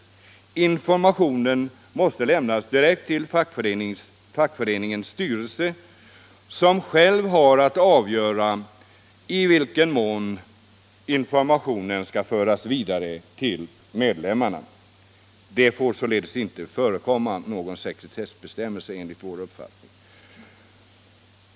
Informationen måste lämnas direkt till fackföreningens styrelse, som själv har att avgöra i vilken mån informationen skall föras vidare till medlemmarna. Det får således inte förekomma någon sekretessbestämmelse enligt vår uppfattning.